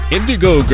Indigo